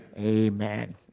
amen